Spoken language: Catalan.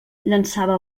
llançava